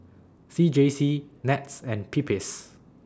C J C Nets and PPIS